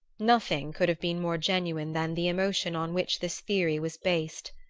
nothing could have been more genuine than the emotion on which this theory was based.